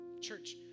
Church